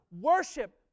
Worship